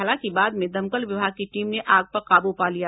हालांकि बाद में दमकल विभाग की टीम ने आग पर काबू पा लिया